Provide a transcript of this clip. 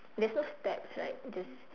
there's no steps right just